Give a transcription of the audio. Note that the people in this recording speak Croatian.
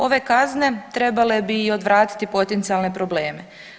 Ove kazne trebale bi i odvratiti potencijalne probleme.